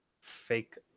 fake